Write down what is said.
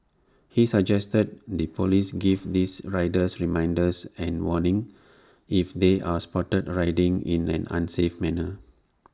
he suggested the Police give these riders reminders and warnings if they are spotted riding in an unsafe manner